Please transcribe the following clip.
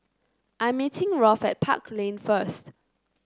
I'm meeting Rolf at Park Lane first